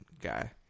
guy